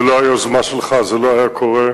ללא היוזמה שלך זה לא היה קורה.